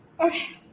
Okay